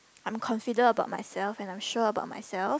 I'm confident about myself and I'm sure about myself